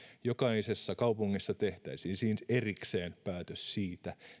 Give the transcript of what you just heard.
jokaisessa kaupungissa tehtäisiin siis erikseen päätös siitä